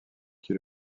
qui